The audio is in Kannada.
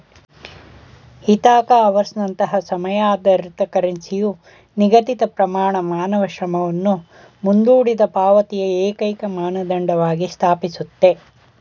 ಇಥಾಕಾ ಅವರ್ಸ್ನಂತಹ ಸಮಯ ಆಧಾರಿತ ಕರೆನ್ಸಿಯು ನಿಗದಿತಪ್ರಮಾಣ ಮಾನವ ಶ್ರಮವನ್ನು ಮುಂದೂಡಿದಪಾವತಿಯ ಏಕೈಕಮಾನದಂಡವಾಗಿ ಸ್ಥಾಪಿಸುತ್ತೆ